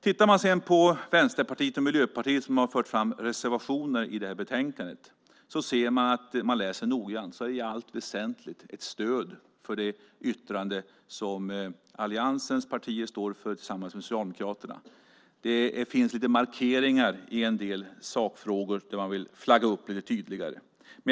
Tittar man sedan på Vänsterpartiet och Miljöpartiet, som har fört fram reservationer i utlåtandet, ser man om man läser noggrant att det i allt väsentligt finns ett stöd för det yttrande som alliansens partier står för tillsammans med Socialdemokraterna. Det finns lite markeringar i en del sakfrågor där man vill flagga upp lite tydligare.